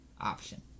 option